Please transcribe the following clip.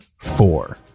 four